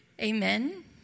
Amen